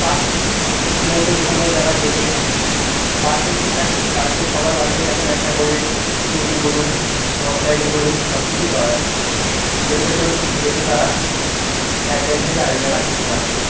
পাচ্ছি ইচ্ছে মতো যে কোনো জায়গায় যেতে বাড়িতে যদি থাকি বাড়িতে সবার বাড়িতেই এখন একটা করে স্কুটি বলুন মোটর সাইকেল বলুন সব কিছুই পাওয়া যাচ্ছে যেটাতে করে খুব দ্রুত তারা এক জায়গা থেকে আরেক জায়গা যেতে পারছে